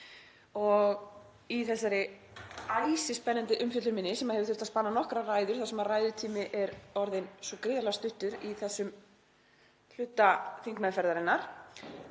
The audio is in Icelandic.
Í þessari æsispennandi umfjöllun minni, sem hefur þurft að spanna nokkrar ræður þar sem ræðutími er orðinn svo gríðarlega stuttur í þessum hluta þingmeðferðarinnar,